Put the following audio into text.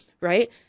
right